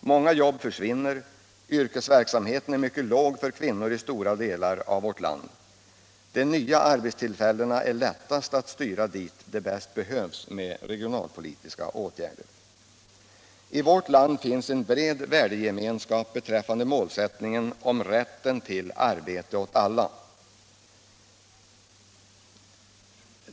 Många jobb försvinner. Yrkesverksamheten är mycket låg för kvinnor i stora delar av vårt land. De nya arbetstillfällena är lättast att styra dit de bäst behövs med regionalpolitiska åtgärder. I vårt land finns en bred värdegemenskap beträffande målsättningen om rätt till arbete åt alla.